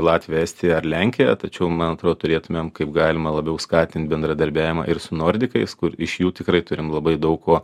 latvija estija ar lenkija tačiau man atrodo turėtumėm kaip galima labiau skatinti bendradarbiavimą ir su nordikais kur iš jų tikrai turime labai daug ko